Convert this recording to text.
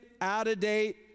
out-of-date